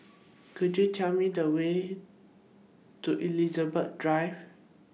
Could YOU Tell Me The Way to Elizabeth Drive